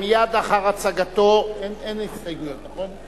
מייד לאחר הצגתו, אין הסתייגויות, נכון?